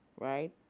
right